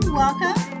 welcome